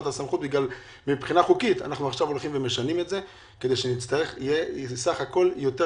את הסמכות החוקית אנחנו עכשיו משנים את זה כדי שיהיה יותר קל.